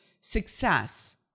success